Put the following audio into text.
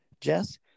jess